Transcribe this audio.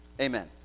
Amen